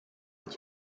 est